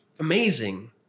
Amazing